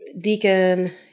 Deacon